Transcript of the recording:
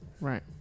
right